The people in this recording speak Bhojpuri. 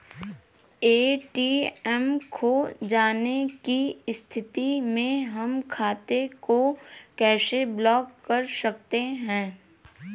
ए.टी.एम खो जाने की स्थिति में हम खाते को कैसे ब्लॉक कर सकते हैं?